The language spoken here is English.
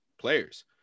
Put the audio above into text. players